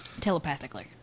Telepathically